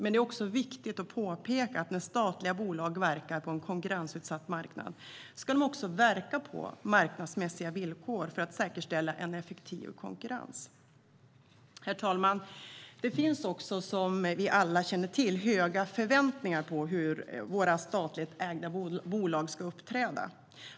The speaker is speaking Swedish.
Det är dock viktigt att påpeka att när statliga bolag verkar på en konkurrensutsatt marknad ska de också verka på marknadsmässiga villkor för att säkerställa en effektiv konkurrens. Herr talman! Det finns också, som vi alla känner till, höga förväntningar på hur våra statligt ägda bolag ska uppträda.